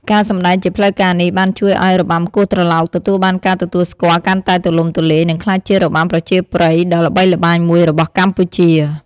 ការសម្តែងជាផ្លូវការនេះ បានជួយឱ្យរបាំគោះត្រឡោកទទួលបានការទទួលស្គាល់កាន់តែទូលំទូលាយ និងក្លាយជារបាំប្រជាប្រិយដ៏ល្បីល្បាញមួយរបស់កម្ពុជា។